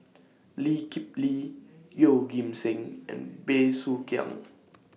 Lee Kip Lee Yeoh Ghim Seng and Bey Soo Khiang